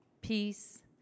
peace